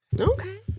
Okay